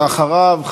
ואחריו,